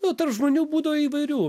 nu tarp žmonių būdavo įvairių